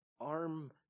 Arm